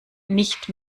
nicht